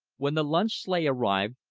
when the lunch-sleigh arrived,